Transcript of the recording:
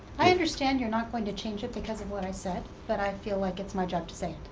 i understand you're not going to change it because of what i said. but i feel like it's my job to say it.